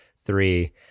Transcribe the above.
three